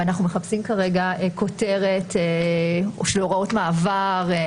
ואנחנו מחפשים כרגע כותרת של הוראות מעבר.